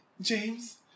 James